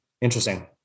Interesting